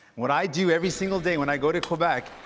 what i do every single day when i go to quebec,